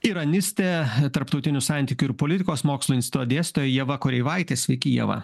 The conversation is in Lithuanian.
iranistė tarptautinių santykių ir politikos mokslų instituto dėstytoja ieva koreivaitė sveiki ieva